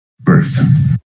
Birth